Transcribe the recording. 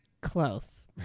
close